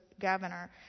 governor